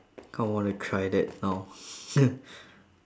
kind of wanna try that now